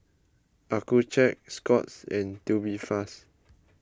Accucheck Scott's and Tubifast